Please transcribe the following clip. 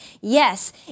Yes